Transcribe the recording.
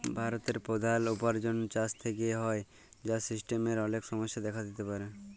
ভারতের প্রধাল উপার্জন চাষ থেক্যে হ্যয়, যার সিস্টেমের অলেক সমস্যা দেখা দিতে পারে